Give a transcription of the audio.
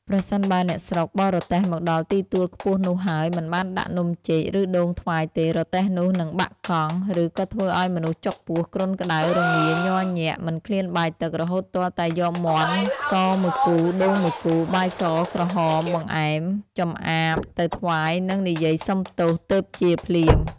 ប្រសិនបើអ្នកស្រុកបររទេះមកដល់ទីទួលខ្ពស់នោះហើយមិនបានដាក់នំចេក ឬដូងថ្វាយទេ រទេះនោះនឹងបាក់កង់ ឬក៏ធ្វើឲ្យមនុស្សចុកពោះ គ្រុនក្ដៅ រងាញ័រញាក់ មិនឃ្លានបាយទឹក រហូតទាល់តែយកមាន់សមួយគូ ដូងមួយគូ បាយស-ក្រហម បង្អែម ចំអាម ទៅថ្វាយ និងនិយាយសុំទោស ទើបជាភ្លាម ។